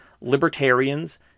Libertarians